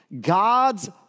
God's